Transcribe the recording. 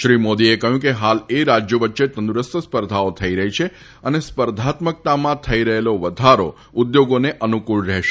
શ્રી મોદીએ કહ્યું કે હાલ એ રાજ્યો વચ્ચે તંદુરસ્ત સ્પર્ધા થઈ રહી છે અને સ્પર્ધાત્મકતામાં થઈ રહેલો વધારો ઉદ્યોગોને અનુક્ળ રહેશે